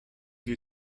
you